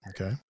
Okay